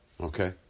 Okay